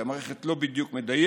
כי המערכת לא בדיוק מדייקת,